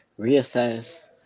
reassess